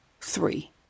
three